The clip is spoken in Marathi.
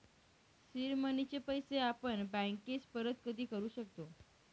सीड मनीचे पैसे आपण बँकेस परत कधी करू शकतो